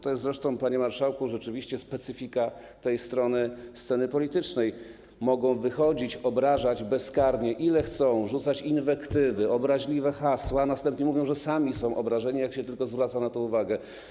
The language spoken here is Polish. To jest zresztą, panie marszałku, rzeczywiście specyfika tej strony sceny politycznej - mogą wychodzić, obrażać bezkarnie, ile chcą, rzucać inwektywy, obraźliwe hasła, a następnie mówią, że sami są obrażani, jak się tylko zwraca na to uwagę.